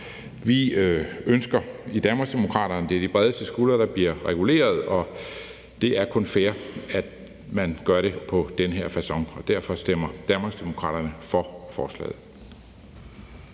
Vi ønsker i Danmarksdemokraterne, at det er dem med de bredeste skuldre, der bliver reguleret, og det er kun fair, at man gør det på den her facon. Derfor stemmer Danmarksdemokraterne for forslaget.